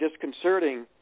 disconcerting